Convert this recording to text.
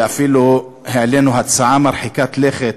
ואפילו העלינו הצעה מרחיקת לכת